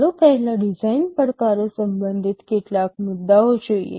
ચાલો પહેલા ડિઝાઇન પડકારો સંબંધિત કેટલાક મુદ્દાઓ જોઈએ